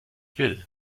will